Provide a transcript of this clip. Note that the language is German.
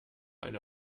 eine